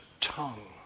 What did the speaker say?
tongue